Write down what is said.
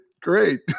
great